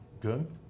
good